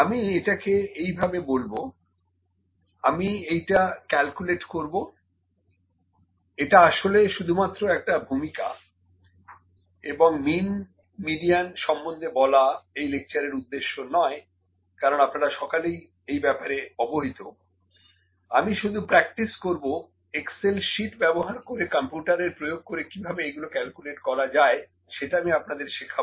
আমি এটাকে এই ভাবে বলবো আমি এইটা ক্যালকুলেট করবোএটা আসলে শুধুমাত্র একটা ভূমিকা এবং মিন মিডিয়ান সম্বন্ধে বলা এই লেকচারের উদ্দেশ্য নয় কারণ আপনারা সকালেই এই ব্যাপারে অবহিত আমি শুধু প্রাকটিস করবো এক্সেল শিট ব্যবহার করেকম্পিউটার এর প্রয়োগ করে কিভাবে এগুলো ক্যালকুলেট করা যায় সেটা আমি আপনাদের শেখাব